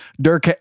Dirk